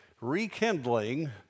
Rekindling